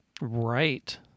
Right